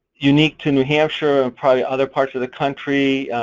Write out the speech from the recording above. unique to new hampshire and probably other parts of the country,